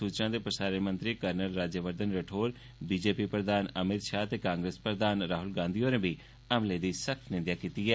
सूचना ते प्रसारण मंत्री कर्नल राज्यवर्धन राठौर ल्यू प्रधान अमित शाह ते कांग्रेस प्रधान राह्ल गांधी होरें बी हमले दी निंदेया कीती ऐ